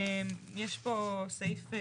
יש פה סעיף,